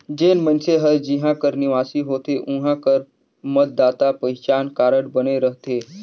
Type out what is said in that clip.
जेन मइनसे हर जिहां कर निवासी होथे उहां कर मतदाता पहिचान कारड बने रहथे